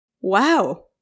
Wow